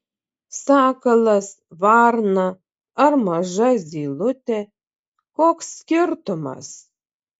sakalas varna ar maža zylutė koks skirtumas